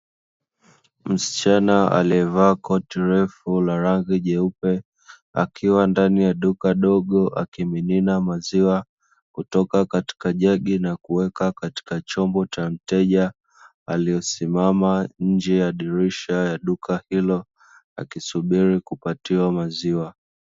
Msichana alievaa koti refu la rangi jeupe, akiwa ndani ya duka dogo akimimina maziwa kutoka katika jagi na kuweka katika chombo cha mteja aliyesimama nje ya dirisha la duka hilo, akisubiri kupatiwa maziwa